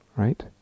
Right